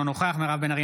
אינו נוכח מירב בן ארי,